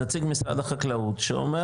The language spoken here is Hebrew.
נציג משרד החקלאות שאומר,